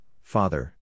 father